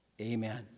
Amen